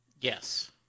Yes